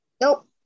Nope